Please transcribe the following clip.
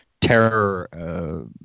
terror